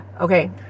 Okay